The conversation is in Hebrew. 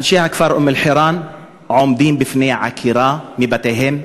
אנשי הכפר אום-אלחיראן עומדים בפני עקירה מבתיהם,